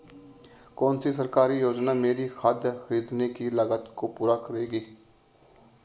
कौन सी सरकारी योजना मेरी खाद खरीदने की लागत को पूरा करेगी?